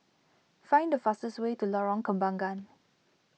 find the fastest way to Lorong Kembangan